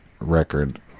record